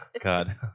God